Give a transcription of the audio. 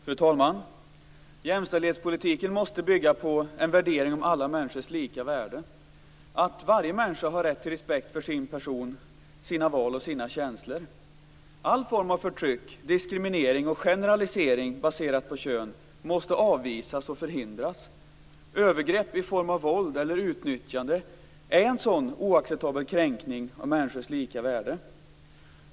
Fru talman! Jämställdhetspolitiken måste bygga på en värdering om alla människors lika värde - att varje människa har rätt till respekt för sin person, sina val och sina känslor. All form av förtryck, diskriminering och generalisering baserad på kön måste avvisas och förhindras. Övergrepp i form av våld eller utnyttjande är en sådan oacceptabel kränkning av människors lika värde.